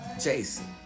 Jason